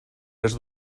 les